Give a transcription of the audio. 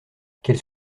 qu’elle